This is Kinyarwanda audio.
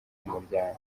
umuryango